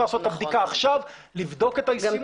אפשר לעשות את הבדיקה עכשיו, לבדוק את הישימות.